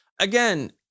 again